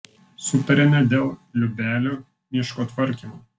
sutarėme dėl liubelio miško tvarkymo